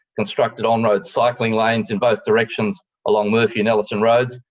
constructed on-road cycling lanes in both directions along murphy and ellison roads,